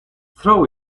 throw